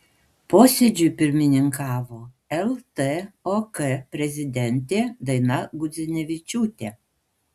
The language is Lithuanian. posėdžiui pirmininkavo ltok prezidentė daina gudzinevičiūtė